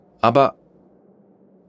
Aber